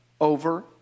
over